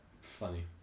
funny